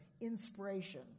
inspiration